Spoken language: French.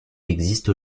existe